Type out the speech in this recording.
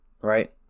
Right